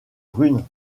brune